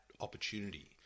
opportunity